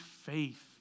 faith